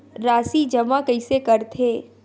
राशि जमा कइसे करथे?